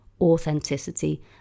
authenticity